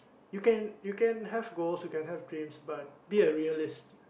you can you can have goals you can have dreams but be a realist